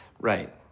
right